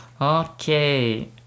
Okay